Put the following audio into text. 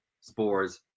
Spores